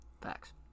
Facts